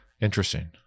interesting